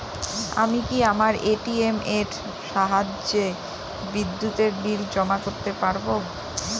আমি কি আমার এ.টি.এম এর সাহায্যে বিদ্যুতের বিল জমা করতে পারব?